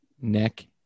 neck